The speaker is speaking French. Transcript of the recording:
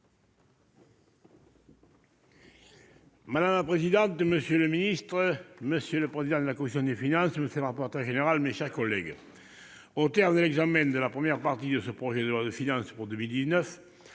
Madame la présidente, monsieur le secrétaire d'État, monsieur le président de la commission des finances, monsieur le rapporteur général, mes chers collègues, au terme de l'examen de la première partie du projet de loi de finances pour 2019,